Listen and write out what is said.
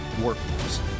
workforce